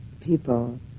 people